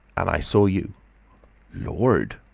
and i saw you lord!